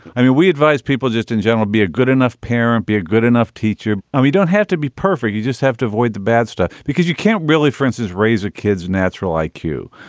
i mean, we advise people just in general, be a good enough parent, be a good enough teacher. and we don't have to be perfect. you just have to avoid the bad stuff because you can't really, francis, raise a kid's natural like iq.